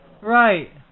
Right